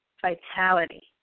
vitality